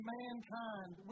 mankind